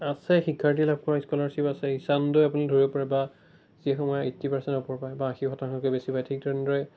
আছে শিক্ষাৰ্থীয়ে লাভ কৰা স্কলাৰশ্বিপ আছে ইশান উদয় আপুনি ধৰিব পাৰে বা যিসমূহে এইটটি পাৰ্চেণ্টৰ ওপৰ পায় বা আশী শতাংশতকৈ বেছি পায় ঠিক তেনেদৰে